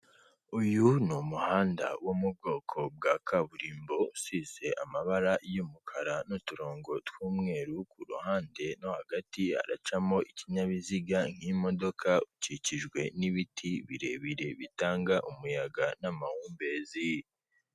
Uyu ni umuhanda wo mu bwoko bwa kaburimbo, usize amabara y'umukara n'uturongo tw'umweru ku ruhande no hagati, haracamo ikinyabiziga nk'imodoka, ukikijwe n'ibiti birebire bitanga umuyaga n'amahumbezi.